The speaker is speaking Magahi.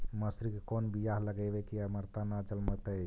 मसुरी के कोन बियाह लगइबै की अमरता न जलमतइ?